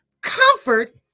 comfort